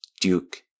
Duke